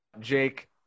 Jake